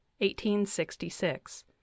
1866